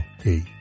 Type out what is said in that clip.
hey